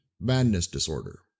madness-disorder